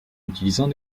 utilisant